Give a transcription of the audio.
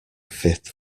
fifth